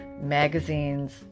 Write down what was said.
magazines